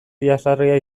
jazarria